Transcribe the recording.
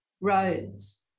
roads